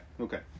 okay